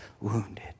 wounded